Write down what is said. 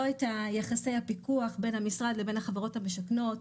לא את יחסי הפיקוח בין המשרד לבין החברות המשכנות,